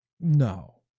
No